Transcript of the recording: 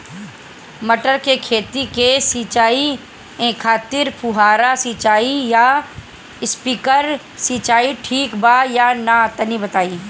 मटर के खेती के सिचाई खातिर फुहारा सिंचाई या स्प्रिंकलर सिंचाई ठीक बा या ना तनि बताई?